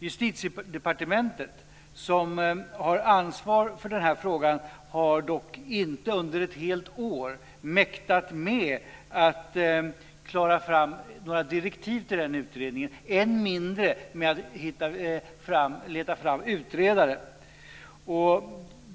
Justitiedepartementet, som har ansvar för den frågan, har dock inte under ett helt år mäktat med att skriva direktiv till en utredning, än mindre att leta fram utredare.